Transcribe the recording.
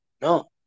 no